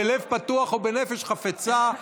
בלב פתוח ובנפש חפצה,